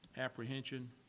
apprehension